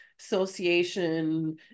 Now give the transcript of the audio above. Association